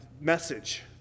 message